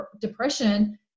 depression